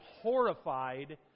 horrified